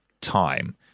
time